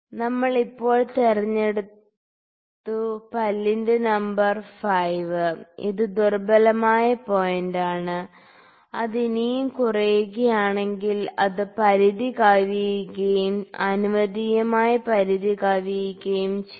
നമ്മൾ ഇപ്പോൾ തിരഞ്ഞെടുത്തു പല്ലിന്റെ നമ്പർ 5 ഇത് ദുർബലമായ പോയിന്റാണ് അത് ഇനിയും കുറയുകയാണെങ്കിൽ അത് പരിധി കവിയുകയും അനുവദനീയമായ പരിധി കവിയുകയും ചെയ്യും